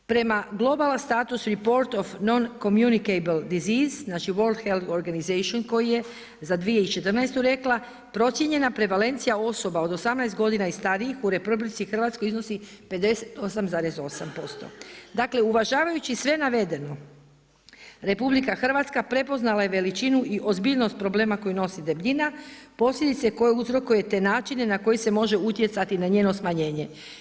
Prema Global status report of noncommunicable diseases, znači World health organization koji je za 2014. rekla procijenjena prevalencija osoba od 18 godina i stariji u RH iznosi … Dakle uvažavajući sve navedeno, RH prepoznala je veličinu i ozbiljnost problema koji nosi debljina, posljedice koje uzrokuje te načine na koje se može utjecati na njeno smanjenje.